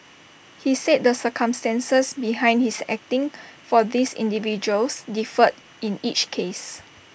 he said the circumstances behind his acting for these individuals differed in each case